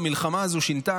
המלחמה הזאת שינתה,